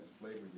slavery